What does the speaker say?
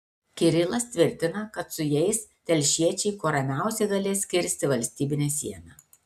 kirilas tvirtina kad su jais telšiečiai kuo ramiausiai galės kirsti valstybinę sieną